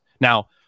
Now